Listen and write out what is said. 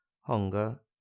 hunger